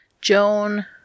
Joan